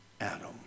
Adam